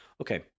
Okay